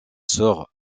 sœur